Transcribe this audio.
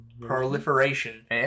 proliferation